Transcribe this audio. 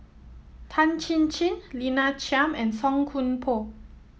Tan Chin Chin Lina Chiam and Song Koon Poh